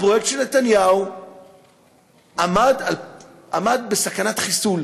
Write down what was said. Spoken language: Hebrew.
הפרויקט של נתניהו עמד בסכנת חיסול